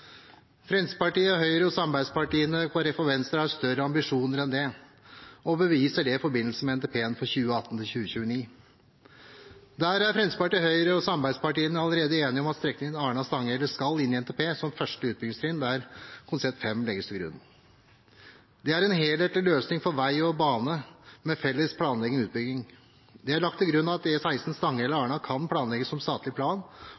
Fremskrittspartiet, Høyre og samarbeidspartiene Kristelig Folkeparti og Venstre har større ambisjoner enn det og beviser det i forbindelse med NTP-en for 2018–2029. Der er Fremskrittspartiet, Høyre og samarbeidspartiene allerede enige om at strekningen Arna–Stanghelle skal inn i NTP som første utbyggingstrinn, der konsept 5 legges til grunn. Det er en helhetlig løsning for vei og bane med felles planlegging og utbygging. Det er lagt til grunn at E16 Stanghelle–Arna kan planlegges som statlig plan,